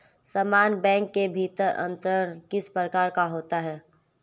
समान बैंक के भीतर अंतरण किस प्रकार का होता है?